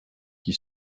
qui